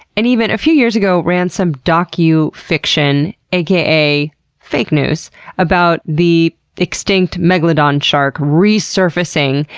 and even a few years ago ran some docu-fiction, aka fake news about the extinct megladon shark resurfacing,